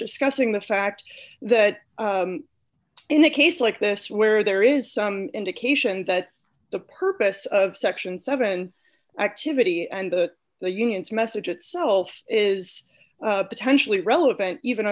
discussing the fact that in a case like this where there is some indication that the purpose of section seven activity and that the union's message itself is potentially relevant even